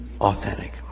authentic